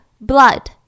blood